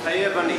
מתחייב אני